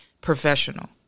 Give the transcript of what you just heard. professional